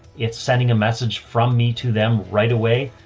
it's sending a message from me to them right away.